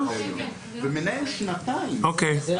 ובין אם אחרי פסק הדין